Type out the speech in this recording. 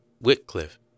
Whitcliffe